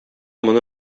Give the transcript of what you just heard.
моны